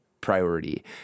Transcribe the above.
priority